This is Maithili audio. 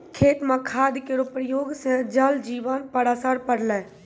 खेत म खाद केरो प्रयोग सँ जल जीवन पर असर पड़लै